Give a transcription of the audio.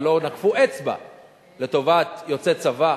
ולא נקפו אצבע לטובת יוצאי צבא,